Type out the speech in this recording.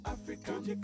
African